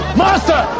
master